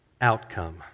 outcome